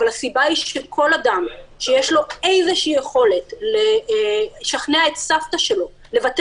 אבל הסיבה היא שכל אדם שיש לו איזו יכולת לשכנע את סבתא שלו לוותר